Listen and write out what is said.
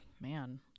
man